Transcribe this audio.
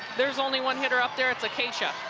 there's only one hitter up there, it's akacia,